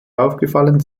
aufgefallen